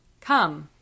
Come